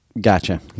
Gotcha